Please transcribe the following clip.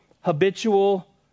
habitual